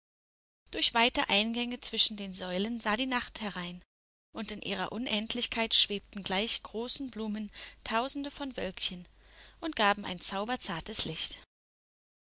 durch weite eingänge zwischen den säulen sah die nacht herein und in ihrer unendlichkeit schwebten gleich großen blumen tausende von wölkchen und gaben ein zauberzartes licht